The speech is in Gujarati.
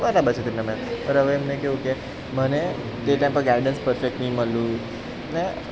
બરાબર છે તે પણ અવે એમને કેવું કે મને તે ટાઇમ પર ગાયડન્સ પરફેક્ટ ન મળ્યું ને